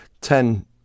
Ten